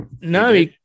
No